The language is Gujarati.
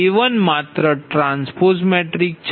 J1 માત્ર ટ્રાન્સપોઝ મેટ્રિક્સ છે